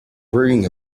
wearing